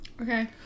Okay